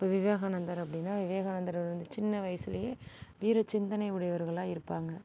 இப்ப விவேகானந்தர் அப்படினா விவேகானந்தர் வந்து சின்ன வயசுலேயே வீர சிந்தனை உடையவர்களாக இருப்பாங்க